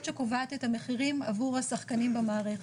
שקובעת את המחירים עבור השחקנים במערכת.